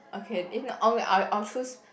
okay if not okay I'll I'll choose